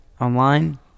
online